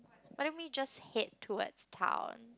why don't we just head towards town